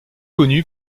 connu